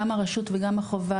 גם הרשות וגם החובה,